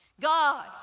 God